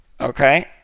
okay